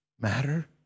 matter